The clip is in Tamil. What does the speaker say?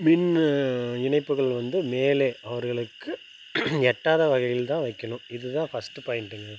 மின் இணைப்புகள் வந்து மேலே அவர்களுக்கு எட்டாத வகையில் தான் வைக்கணும் இதுதான் ஃபர்ஸ்ட்டு பாயிண்ட்டுங்க